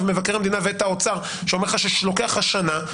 ממבקר המדינה ואת האוצר שאומר שלוקח לך שנה,